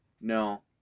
no